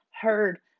heard